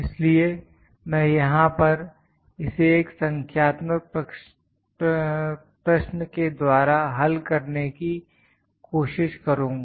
इसलिए मैं यहां पर इसे एक संख्यात्मक प्रश्न के द्वारा हल करने की कोशिश करुंगा